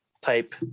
type